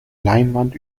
leinwand